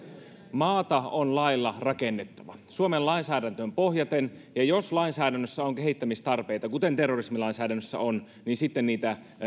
maata on lailla rakennettava suomen lainsäädäntöön pohjaten ja jos lainsäädännössä on kehittämistarpeita kuten terrorismilainsäädännössä on niin sitten niitä